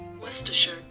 Worcestershire